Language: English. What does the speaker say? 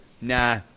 Nah